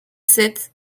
sept